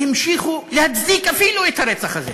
שהמשיכו להצדיק אפילו את הרצח הזה.